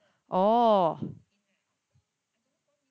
oh